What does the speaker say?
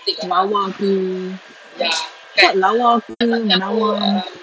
lawa ke tak lawa ke lawa